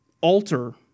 alter